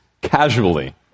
casually